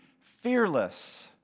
fearless